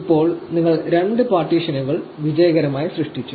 ഇപ്പോൾ നിങ്ങൾ രണ്ട് പാർട്ടീഷനുകൾ വിജയകരമായി സൃഷ്ടിച്ചു